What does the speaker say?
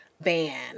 ban